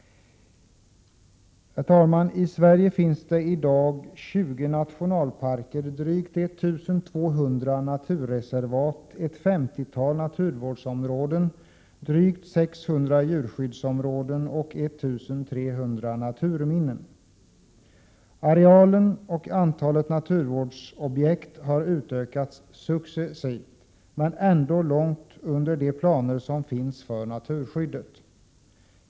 Herr talman! I Sverige finns i dag 20 nationalparker, drygt 1200 naturreservat, ett 50-tal naturvårdsområden, drygt 600 djurskyddsområden och 1 300 naturminnen. Arealen och antalet naturvårdsobjekt har utökats successivt men ligger ändå långt under de planer som finns för naturskyddet.